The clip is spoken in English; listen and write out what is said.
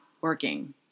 working